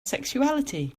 sexuality